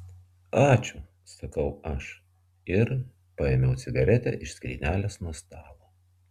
ačiū sakau aš ir paėmiau cigaretę iš skrynelės nuo stalo